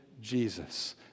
Jesus